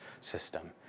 system